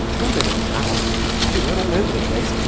well, there isn't now, it's jolly well all over the place,